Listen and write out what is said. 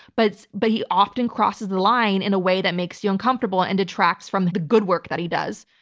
but so but he often crosses the line in a way that makes you uncomfortable and detracts from the good work that he does.